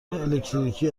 الکتریکی